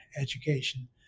education